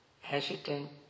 hesitant